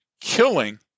Killing